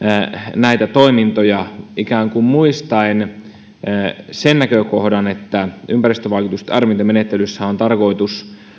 näitä toimintoja ikään kuin muistaen se näkökohta että ympäristövaikutusten arviointimenettelyssä on tarkoitus